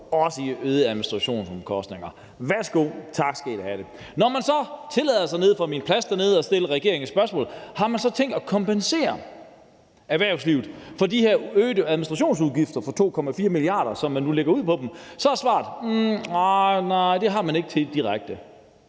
kr. i øgede administrationsomkostninger. Værsgo, tak skal I have. Når jeg så tillader mig nede fra min plads at stille regeringen et spørgsmål om, om man så har tænkt sig at kompensere erhvervslivet for de her øgede administrationsudgifter på 2,4 mia. kr., som man nu lægger ud på dem, så er svaret: Nja, nej, det har man ikke tænkt direkte.